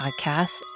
podcast